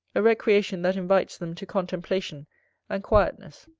a recreation that invites them to contemplation and quietness.